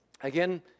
Again